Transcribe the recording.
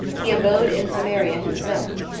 he abode in samaria himself,